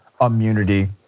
immunity